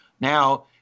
Now